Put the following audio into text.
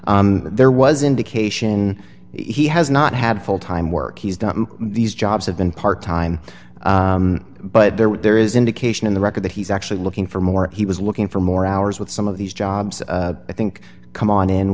there was indication he has not had full time work he's done these jobs have been part time but there were there is indication in the record that he's actually looking for more he was looking for more hours with some of these jobs i think come on in